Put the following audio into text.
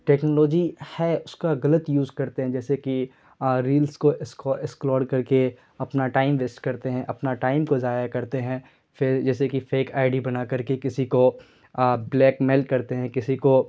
technology ہے اس کا غلط یوز کرتے ہیں جیسے کہ ریلس کو سکرول کر کے اپنا ٹائم ویسٹ کرتے ہیں اپنا ٹائم کو ضائع کرتے ہیں فر جیسے کہ فیک آئی ڈی بنا کر کے کسی کو بلیک میل کرتے ہیں کسی کو